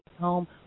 home